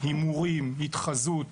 הימורים התחזות,